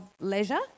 leisure